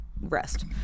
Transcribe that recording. rest